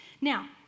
Now